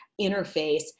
interface